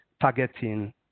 targeting